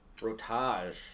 rotage